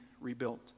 rebuilt